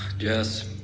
jess,